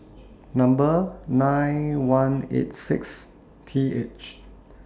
Number nine one eight six T H